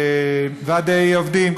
ועדי עובדים,